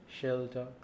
shelter